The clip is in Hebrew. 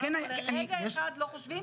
אנחנו לרגע אחד לא חושבים.